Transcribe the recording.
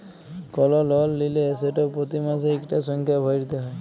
call লল লিলে সেট পতি মাসে ইকটা সংখ্যা ভ্যইরতে হ্যয়